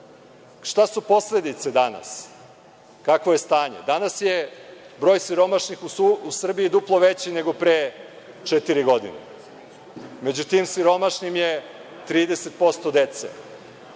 Šta su posledice danas? Kakvo je stanje? Danas je broj siromašnih u Srbiji duplo veći nego pre četiri godine. Među tim siromašnima je 30% dece.